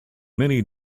many